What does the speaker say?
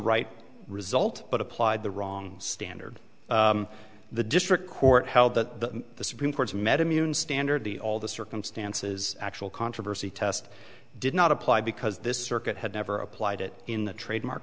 right result but applied the wrong standard the district court held that the supreme court's met immune standard the all the circumstances actual controversy test did not apply because this circuit had never applied it in the trademark